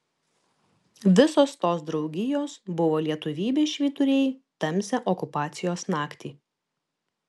visos tos draugijos buvo lietuvybės švyturiai tamsią okupacijos naktį